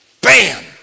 Bam